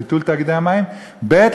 ביטול תאגידי המים, ב.